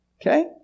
Okay